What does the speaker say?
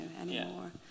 anymore